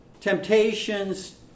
temptations